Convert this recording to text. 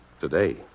today